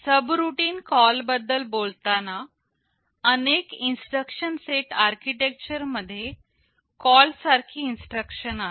subroutine call बद्दल बोलताना अनेक इन्स्ट्रक्शन सेट आर्किटेक्चर मध्ये कॉल सारखी इन्स्ट्रक्शन आहे